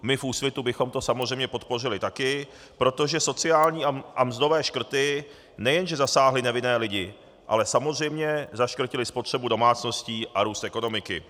My v Úsvitu bychom to samozřejmě podpořili také, protože sociální a mzdové škrty nejen že zasáhly nevinné lidi, ale samozřejmě zaškrtily spotřebu domácností a růst ekonomiky.